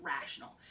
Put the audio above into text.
rational